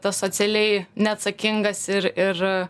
tas socialiai neatsakingas ir ir